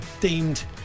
deemed